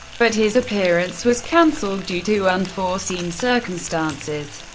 but his appearance was cancelled due to unforeseen circumstances.